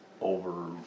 over